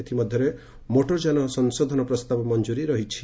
ଏଥିମଧ୍ଧରେ motor ଯାନ ସଂଶୋଧନ ପ୍ରସ୍ତାବ ମଞ୍ଠୁରୀ ରହିଛି